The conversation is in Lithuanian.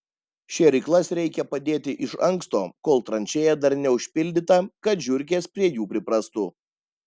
šėryklas reikia padėti iš anksto kol tranšėja dar neužpildyta kad žiurkės prie jų priprastų